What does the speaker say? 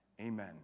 Amen